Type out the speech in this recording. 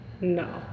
no